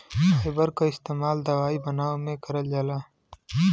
fibre क इस्तेमाल दवाई बनावे में करल जाला